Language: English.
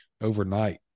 overnight